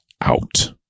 out